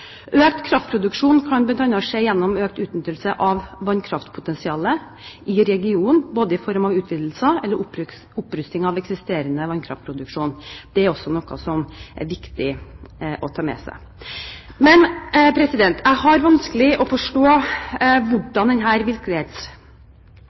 Økt kraftproduksjon kan skje bl.a. gjennom økt utnyttelse av vannkraftpotensialet i regionen, både i form av utvidelser eller opprustning av eksisterende vannkraftproduksjon. Det er også noe som er viktig å ta med seg. Jeg har vanskelig for å forstå